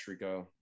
Trico